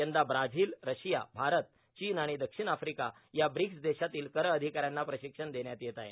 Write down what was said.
यंदा Brazil Russia Bharat चीन आणि दक्षिण आफ्रिका या ब्रिक्स देशांतील कर अधिकाऱ्यांना प्रशिक्षण देण्यात येत आहे